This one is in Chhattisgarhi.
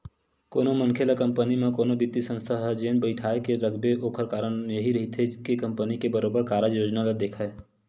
कोनो मनखे ल कंपनी म कोनो बित्तीय संस्था ह जेन बइठाके रखथे ओखर कारन यहीं रहिथे के कंपनी के बरोबर कारज योजना ल देखय